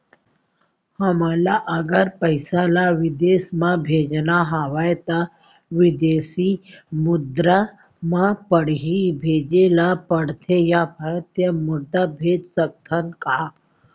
हमन ला अगर पइसा ला विदेश म भेजना हवय त विदेशी मुद्रा म पड़ही भेजे ला पड़थे या भारतीय मुद्रा भेज सकथन का?